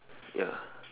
ya